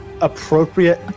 appropriate